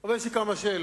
אבל יש לי כמה שאלות,